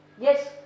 yes